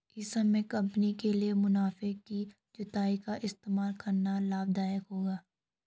इस समय कंपनी के लिए मुनाफे की जुताई का इस्तेमाल करना लाभ दायक होगा